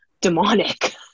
demonic